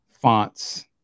fonts